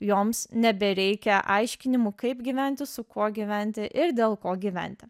joms nebereikia aiškinimų kaip gyventi su kuo gyventi ir dėl ko gyventi